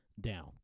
Down